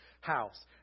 house